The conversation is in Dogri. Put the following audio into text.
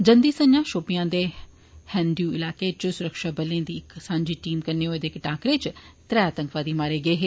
जंदी सझां शोपियां दे भ्मदकमू इलाकें इच सुरक्षा बलें दी इक सांझी टीम कन्नै होए दे इक टाकरे इच त्रै आतंकवादी मारे गे दे